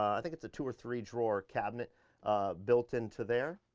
i think it's a two or three drawer cabinet built into there.